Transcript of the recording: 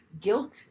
guilt